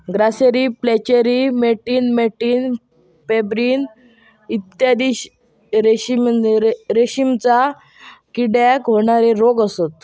grasserie flacherie मॅटिन मॅटिन pebrine इत्यादी रेशीमच्या किड्याक होणारे रोग असत